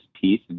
piece